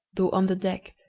though on the deck,